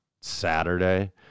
Saturday